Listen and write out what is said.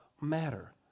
matter